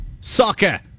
soccer